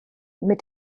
mit